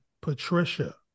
Patricia